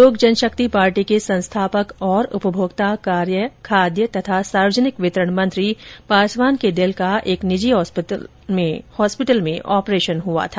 लोक जनशक्ति पार्टी के संस्थापक और उपभोक्ता कार्य खाद्य तथा सार्वजनिक वितरण मंत्री पासवान के दिल का एक निजी अस्पताल में ऑपरेशन हुआ था